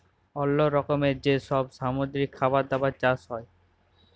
অল্লো রকমের যে সব সামুদ্রিক খাবার দাবার চাষ হ্যয়